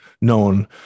known